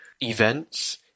events